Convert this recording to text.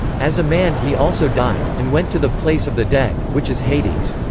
as a man he also died, and went to the place of the dead, which is hades.